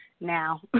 now